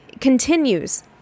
continues